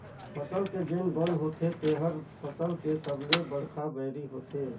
फसल के जेन बन होथे तेहर फसल के सबले बड़खा बैरी होथे